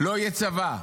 לא יהיה צבא.